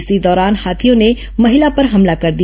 इसी दौरान हाथियों ने महिला पर हमला कर दिया